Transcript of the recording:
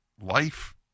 life